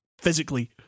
physically